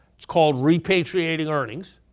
it's called repatriating earnings,